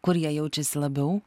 kur jie jaučiasi labiau